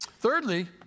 Thirdly